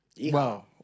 Wow